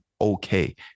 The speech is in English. okay